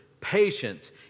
patience